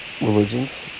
religions